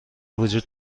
وجود